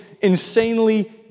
insanely